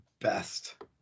best